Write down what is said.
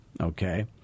Okay